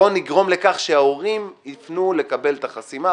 בואו נגרום לכך שההורים יתנו לקבל את החסימה.